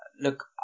look